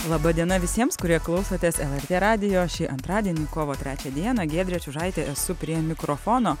laba diena visiems kurie klausotės lrt radijo šį antradienį kovo trečią dieną giedrė čiužaitė esu prie mikrofono